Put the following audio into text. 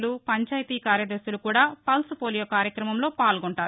లు పంచాయతీ కార్యదర్శులు కూడా పల్స్ పోలియో కార్యక్రమంలో పాల్గొంటారు